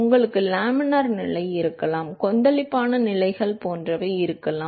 உங்களுக்கு லேமினார் நிலை இருக்கலாம் கொந்தளிப்பான நிலைகள் போன்றவை இருக்கலாம்